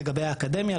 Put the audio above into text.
לגבי האקדמיה,